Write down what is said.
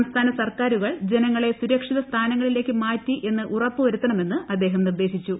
സംസ്ഥാന സർക്കാരുകൾ ജനങ്ങളെ സുരക്ഷിത സ്ഥാനങ്ങളിലേക്ക് മാറ്റി എന്ന് ഉറപ്പുവരുത്തണമെന്ന് അദ്ദേഹം നിർദ്ദേശിച്ചു